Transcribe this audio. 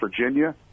virginia